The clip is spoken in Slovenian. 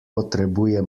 potrebuje